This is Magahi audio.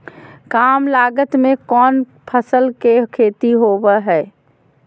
काम लागत में कौन फसल के खेती होबो हाय?